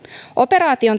operaation